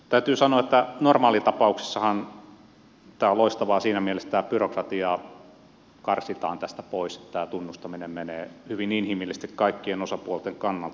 täytyy sanoa että normaalitapauksessahan tämä on loistavaa siinä mielessä että tätä byrokratiaa karsitaan tästä pois tämä tunnustaminen menee hyvin inhimillisesti kaikkien osapuolten kannalta